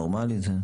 כן.